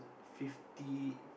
fifty